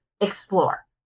explore